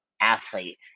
athlete